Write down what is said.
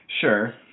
sure